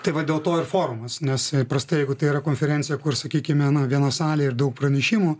tai va dėl to ir forumas nes įprastai jeigu tai yra konferenciją kur sakykime nuo vieno salė ir daug pranešimų